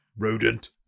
rodent